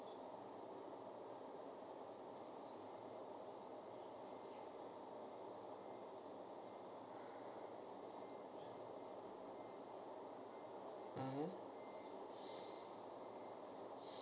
mmhmm